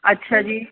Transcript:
ਅੱਛਾ ਜੀ